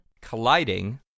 Colliding